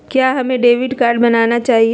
क्या हमें debit card बनाना चाहिए?